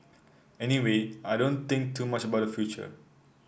anyway I don't think too much about the future